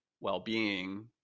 well-being